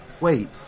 Wait